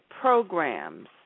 programs